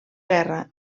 guerra